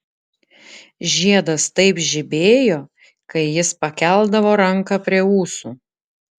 žiedas taip žibėjo kai jis pakeldavo ranką prie ūsų